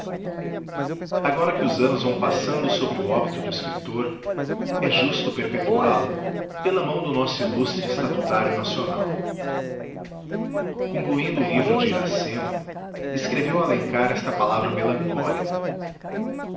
agora que os anos vão passando sobre o óbito do escritor é justo perpetuálo pela mão do nosso ilustre estatuário nacional concluindo o livro de iracema escreveu alencar esta palavra melancólica